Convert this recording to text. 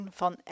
van